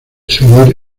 seguir